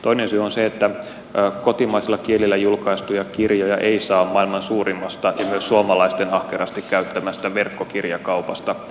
toinen syy on se että kotimaisella kielellä julkaistuja kirjoja ei saa maailman suurimmasta ja myös suomalaisten ahkerasti käyttämästä verkkokirjakaupasta